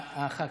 הח"כית.